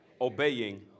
obeying